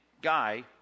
guy